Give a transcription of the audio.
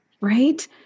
Right